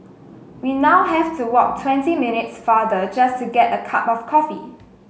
we now have to walk twenty minutes farther just to get a cup of coffee